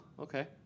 okay